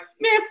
man